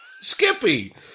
Skippy